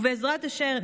ובעזרת השם,